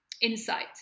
insight